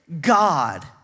God